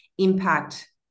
impact